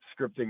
scripting